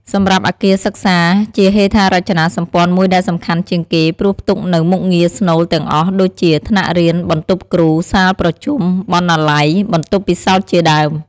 សម្រាប់អគារសិក្សា ជាហេដ្ឋារចនាសម្ព័ន្ធមួយដែលសំខាន់ជាងគេ ព្រោះផ្ទុកនូវមុខងារស្នូលទាំងអស់ ដូចជា ថ្នាក់រៀន បន្ទប់គ្រូ សាលប្រជុំ បណ្ណាល័យ បន្ទប់ពិសោធន៍ជាដើម។